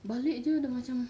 what did you do the mature